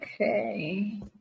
okay